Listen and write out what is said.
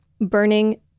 Burning